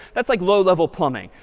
that's like low level plumbing.